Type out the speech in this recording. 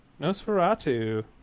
Nosferatu